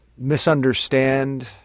misunderstand